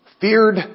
Feared